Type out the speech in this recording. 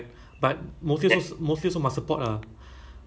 so phone support is a bit too much ah you know